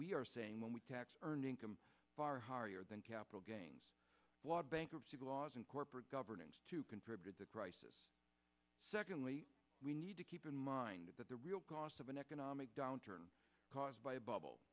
we are saying when we tax earnings far higher than capital gains bankruptcy laws and corporate governance to contribute to crisis secondly we need to keep in mind that the real cost of an economic downturn caused by a bubble